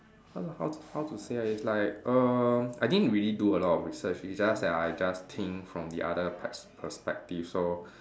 how to how to how to say ah it's like err I didn't really do a lot of research it's just that I just think from the other pes~ perspective so